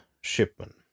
Shipman